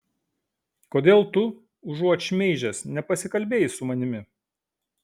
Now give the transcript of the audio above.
kodėl tu užuot šmeižęs nepasikalbėjai su manimi